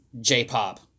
J-pop